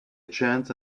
chance